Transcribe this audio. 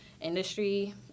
industry